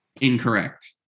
Incorrect